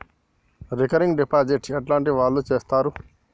Recurring deposit ఎట్లాంటి వాళ్లు చేత్తరు?